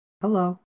Hello